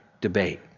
debate